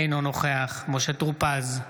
אינו נוכח משה טור פז,